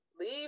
leave